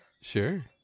Sure